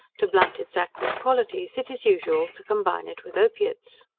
to blunt its acrid qualities, it is usual to combine it with opiates.